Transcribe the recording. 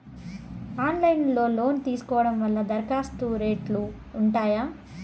Online లో loan తీసుకోవడం వల్ల దరఖాస్తు రేట్లు ఉంటాయా?